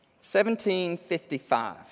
1755